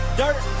dirt